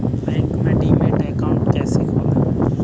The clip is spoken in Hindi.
बैंक में डीमैट अकाउंट कैसे खोलें?